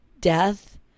Death